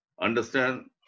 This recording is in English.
understand